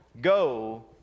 Go